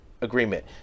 agreement